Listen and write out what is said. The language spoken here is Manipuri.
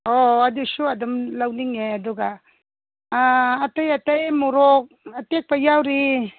ꯑꯣ ꯑꯗꯨꯁꯨ ꯑꯗꯨꯝ ꯂꯧꯅꯤꯡꯉꯦ ꯑꯗꯨꯒ ꯑꯇꯩ ꯑꯇꯩ ꯃꯣꯔꯣꯛ ꯑꯇꯦꯛꯄ ꯌꯥꯎꯔꯤ